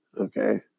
Okay